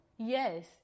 Yes